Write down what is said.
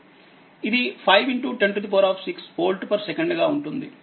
ఇది 5 106 volt second గా ఉంటుంది